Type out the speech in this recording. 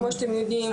כמו שאתם יודעים,